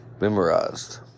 memorized